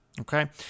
Okay